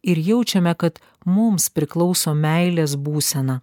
ir jaučiame kad mums priklauso meilės būsena